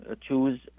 choose